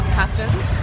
captains